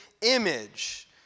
image